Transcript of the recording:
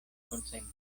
konsentas